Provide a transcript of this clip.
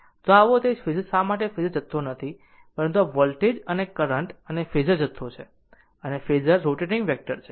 તો આવો તે શા માટે ફેઝર જથ્થો નથી પરંતુ વોલ્ટેજ અને કરંટ અને ફેઝર જથ્થો છે અને ફેઝર રોટેટીંગ વેક્ટર છે